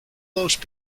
those